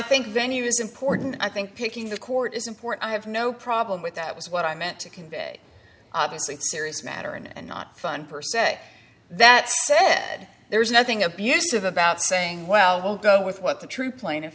think venue is important i think picking the court is important i have no problem with that was what i meant to convey obviously a serious matter and not fun per se that said there's nothing abusive about saying well we'll go with what the true plaintiffs